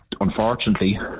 unfortunately